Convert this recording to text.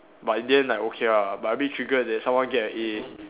but in the end like okay lah but a bit triggered that someone get an A